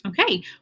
Okay